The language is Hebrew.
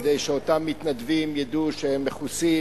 כדי שאותם מתנדבים ידעו שהם מכוסים,